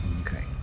Okay